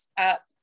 up